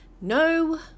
no